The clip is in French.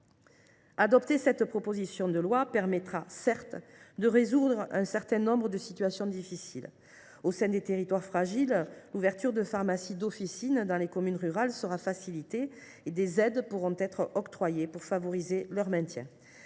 Adopter cette proposition de loi permettra de résoudre un certain nombre de situations difficiles. Au sein des territoires fragiles, l’ouverture de pharmacies d’officine dans les communes rurales sera facilitée et des aides pourront être octroyées pour favoriser leur maintien.